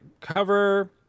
Cover